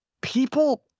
people